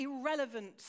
irrelevant